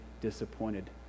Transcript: disappointed